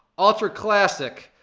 ultraclassic,